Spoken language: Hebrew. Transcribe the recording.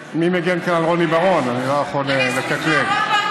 לא אמרתי את